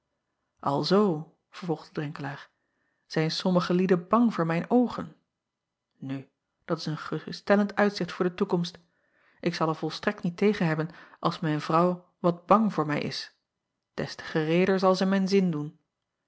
lzoo vervolgde renkelaer zijn sommige lieden bang voor mijn oogen u dat is een geruststellend uitzicht voor de toekomst k zal er volstrekt niet tegen hebben als mijn vrouw wat bang voor mij is des te gereeder zal zij mijn zin doen